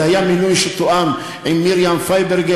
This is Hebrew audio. זה היה מינוי שתואם עם מרים פיירברג,